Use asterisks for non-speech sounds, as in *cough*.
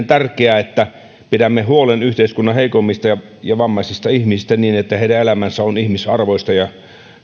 *unintelligible* tärkeää että pidämme huolen yhteiskunnan heikoimmista ja vammaisista ihmisistä niin että heidän elämänsä on ihmisarvioista ja